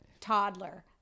toddler